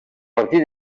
partir